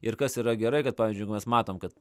ir kas yra gerai kad pavyzdžiui mes matom kad